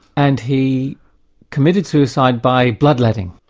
and he committed suicide by blood-letting.